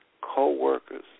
co-workers